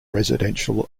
residential